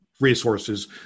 resources